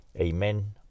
amen